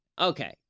Okay